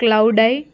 క్లవ్డై